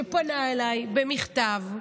שפנה אליי במכתב,